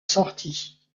sortie